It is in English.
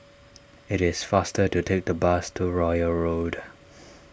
it is faster to take the bus to Royal Road